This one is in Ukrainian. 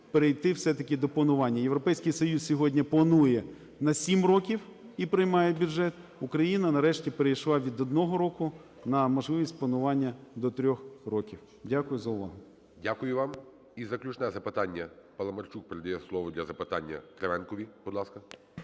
перейти все-таки до планування. Європейський Союз сьогодні планує на 7 років і приймає бюджет. Україна нарешті перейшла від 1 року на можливість планування до 3 років. Дякую за увагу. ГОЛОВУЮЧИЙ. Дякую вам. І заключне запитання. Паламарчук передає слово для запитання Кривенку, будь ласка.